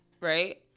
right